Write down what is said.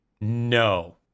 No